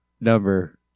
number